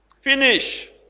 Finish